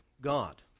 God